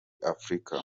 afurika